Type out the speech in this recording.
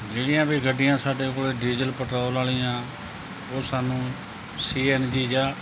ਜਿਹੜੀਆਂ ਵੀ ਗੱਡੀਆਂ ਸਾਡੇ ਕੋਲ ਡੀਜ਼ਲ ਪੈਟਰੋਲ ਵਾਲੀਆਂ ਉਹ ਸਾਨੂੰ ਸੀ ਐਨ ਜੀ ਜਾਂ